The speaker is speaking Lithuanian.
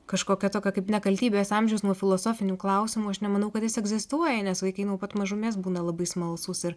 kažkokio tokio kaip nekaltybės amžius nuo filosofinių klausimų aš nemanau kad jis egzistuoja nes vaikai nuo pat mažumės būna labai smalsūs ir